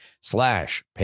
slash